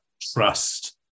trust